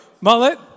mullet